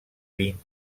vint